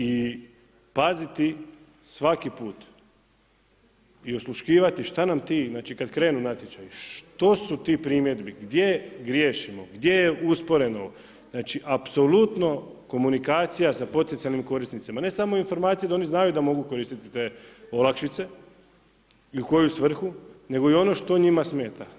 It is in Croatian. I paziti svaki put, i osluškivati šta nam ti, znači kada krenu natječaji, što su ti primjedbi, gdje griješimo, gdje je usporeno, znači apsolutno komunikacija sa poticajnim korisnicima, ne samo informacija da oni znaju da oni mogu koristit te olakšice i u koju svrhu nego i ono što njima smeta.